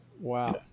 wow